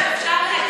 אדוני היושב-ראש,